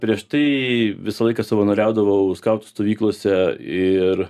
prieš tai visą laiką savanoriaudavau skautų stovyklose ir